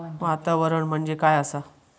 वातावरण म्हणजे काय आसा?